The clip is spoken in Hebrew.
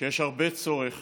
שיש הרבה צורך